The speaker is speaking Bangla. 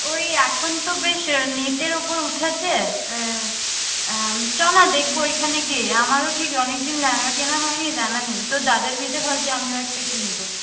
ওই এখন তো বেশ নেটের উপর উঠেছে চল না দেখব ওইখানে গিয়েই আমারও ঠিক অনেকদিন লেহেঙ্গা কেনা হয়নি জানা নেই তোর দাদার বিয়েতে ভাবছি আমিও একটা কিনব